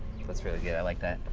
that's really good, i like that.